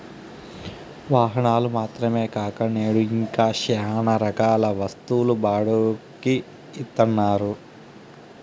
వాహనాలు మాత్రమే కాక నేడు ఇంకా శ్యానా రకాల వస్తువులు బాడుక్కి ఇత్తన్నారు